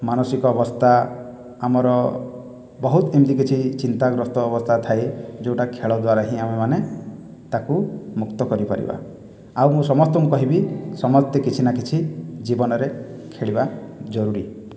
ମାନସିକ ଅବସ୍ଥା ଆମର ବହୁତ ଏମିତି କିଛି ଚିନ୍ତାଗ୍ରସ୍ତ ଅବସ୍ଥା ଥାଏ ଯେଉଁଟା ଖେଳ ଦ୍ଵାରା ହିଁ ଆମେମାନେ ତାକୁ ମୁକ୍ତ କରିପାରିବା ଆଉ ମୁଁ ସମସ୍ତଙ୍କୁ କହିବି ସମସ୍ତେ କିଛି ନା କିଛି ଜୀବନରେ ଖେଳିବା ଜରୁରୀ